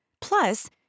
Plus